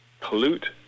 pollute